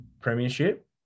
premiership